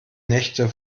nächte